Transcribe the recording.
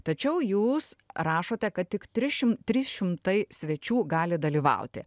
tačiau jūs rašote kad tik tris trys šimtai svečių gali dalyvauti